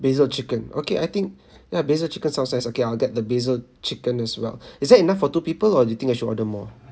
basil chicken okay I think ya basil chicken sound nice okay I'll get the basil chicken as well is that enough for two people or do you think I should order more